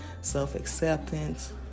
self-acceptance